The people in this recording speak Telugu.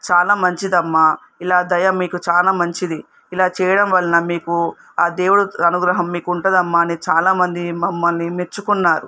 చాలా మంచిదమ్మా ఇలా దయ మీకు చాలా మంచిది ఇలా చేయడం వలన మీకు ఆ దేవుడు అనుగ్రహం మీకు ఉంటుందమ్మా అని చాలా మంది మమ్మల్ని మెచ్చుకున్నారు